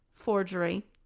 forgery